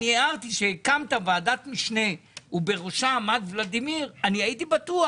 כשהקמת ועדת משנה ובראשה עמד ולדימיר הייתי בטוח